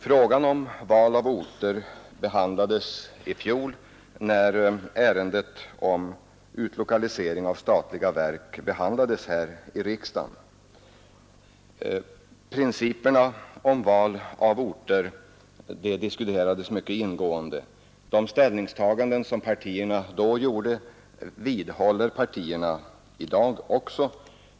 Frågan om val av orter diskuterades i fjol när ärendet om utlokalisering av statliga verk behandlades här i riksdagen. De ställningstaganden som partierna då gjorde vidhåller partierna också i dag.